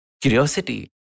Curiosity